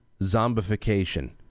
zombification